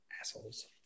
Assholes